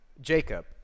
Jacob